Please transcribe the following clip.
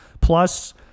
Plus